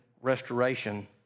restoration